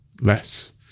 less